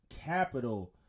capital